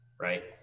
right